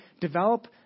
develop